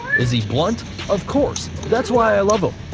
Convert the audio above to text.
is he blunt? of course, that's why i love him.